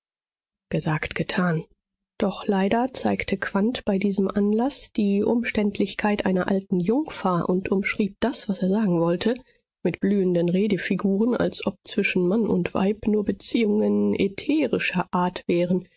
gesagt getan doch leider zeigte quandt bei diesem anlaß die umständlichkeit einer alten jungfer und umschrieb das was er sagen wollte mit blühenden redefiguren als ob zwischen mann und weib nur beziehungen ätherischer art wären